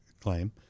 claim